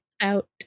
out